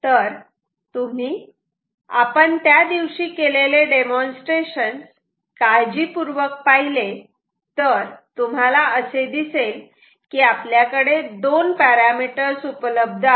तर तुम्ही आपण त्या दिवशी केलेले डेमॉन्स्ट्रेशन काळजीपूर्वक पाहिले तर तुम्हाला असे दिसेल की आपल्याकडे दोन पॅरामीटर्स उपलब्ध आहेत